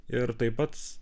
ir tai pats